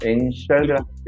Instagram